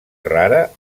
rara